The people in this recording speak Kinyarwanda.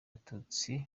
abatutsi